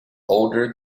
older